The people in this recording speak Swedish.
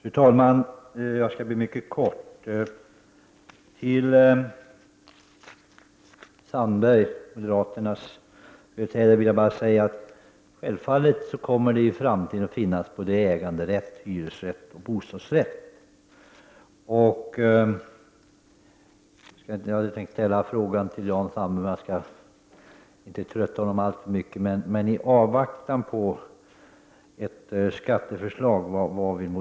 Fru talman! Jag skall fatta mig mycket kort. Jag vill till Jan Sandberg, moderaternas företrädare, säga att det i framtiden självfallet kommer att finnas både äganderätt, hyresrätt och bostadsrätt. Jag skall inte trötta Jan Sandberg alltför mycket, men vad vill moderaterna göra i avvaktan på ett skatteförslag?